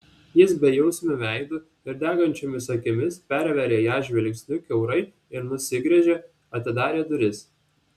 jis bejausmiu veidu ir degančiomis akimis pervėrė ją žvilgsniu kiaurai ir nusigręžė atidarė duris